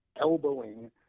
elbowing